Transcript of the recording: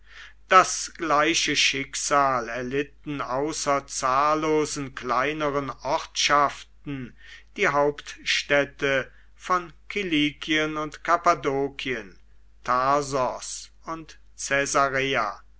das gleiche schicksal erlitten außer zahllosen kleineren ortschaften die hauptstädte von kilikien und kappadokien tarsos und